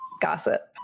gossip